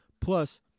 Plus